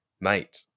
mate